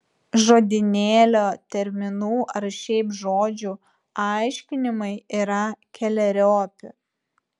žodynėlio terminų ar šiaip žodžių aiškinimai yra keleriopi